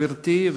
גברתי,